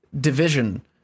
division